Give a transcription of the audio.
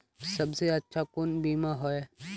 सबसे अच्छा कुन बिमा होय?